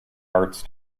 arts